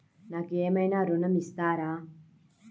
నాకు ఏమైనా ఋణం ఇస్తారా?